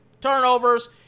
Turnovers